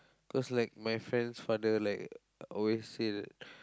cause like my friend's father like always say